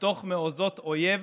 בתוך מעוזי אויב